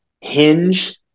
hinge